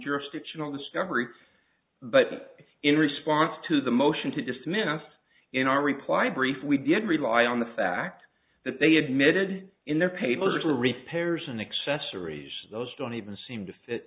jurisdictional discovery but in response to the motion to dismiss in our reply brief we did rely on the fact that they admitted in their papers were repairs and accessories those don't even seem to fit